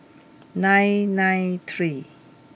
nine nine three